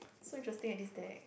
so interesting eh this deck